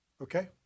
Okay